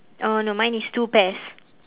oh no mine is two pairs